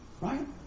right